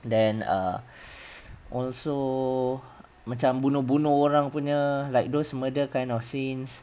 then err also macam bunuh-bunuh orang punya like those murder kind of scenes